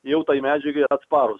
jau tai medžiagai atsparūs